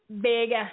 big